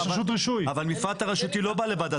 אבל מפרט הרשותי לא בא לוועדת הפנים.